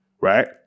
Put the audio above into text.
Right